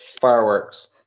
Fireworks